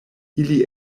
ili